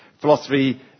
philosophy